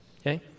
okay